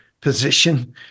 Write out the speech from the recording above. position